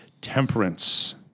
temperance